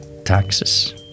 taxes